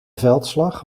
veldslag